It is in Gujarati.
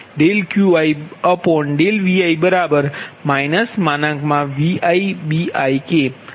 જેમ કે QiVi ViBik આ સમીકરણ 72